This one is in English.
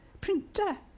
printer